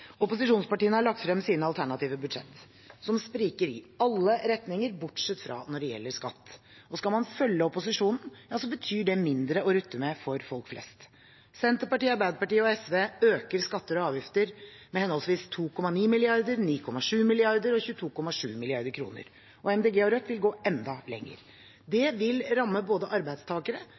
Opposisjonspartiene har lagt frem sine alternative budsjett som spriker i alle retninger, bortsett fra når det gjelder skatt. Og skal man følge opposisjonen, betyr det mindre å rutte med for folk flest. Senterpartiet, Arbeiderpartiet og SV øker skatter og avgifter med henholdsvis 2,9 mrd. kr, 9,7 mrd. kr og 22,7 mrd. kr. Og Miljøpartiet De Grønne og Rødt vil gå enda lenger. Det vil ramme både arbeidstakere